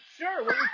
Sure